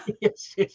Yes